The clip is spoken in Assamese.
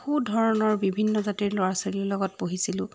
বহু ধৰণৰ বিভিন্ন জাতিৰ ল'ৰা ছোৱালীৰ লগত পঢ়িছিলোঁ